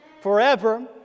forever